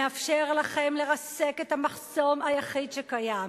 מאפשר לכם לרסק את המחסום היחיד שקיים.